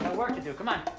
work to do, come on.